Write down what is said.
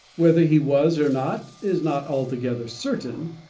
whether he was or not is not altogether certain,